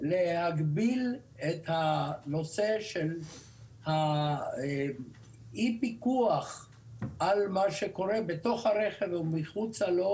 להגביל את הנושא של אי פיקוח על מה שקורה בתוך הרכב ומחוצה לו,